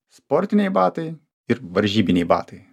sportiniai batai ir varžybiniai batai